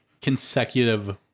consecutive